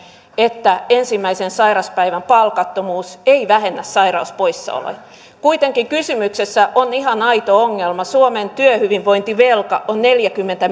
että ensimmäisen sairaspäivän palkattomuus ei vähennä sairauspoissaoloja kuitenkin kysymyksessä on ihan aito ongelma suomen työhyvinvointivelka on neljäkymmentä